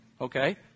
Okay